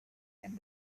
and